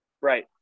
Right